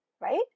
right